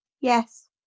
Yes